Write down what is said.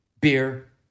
beer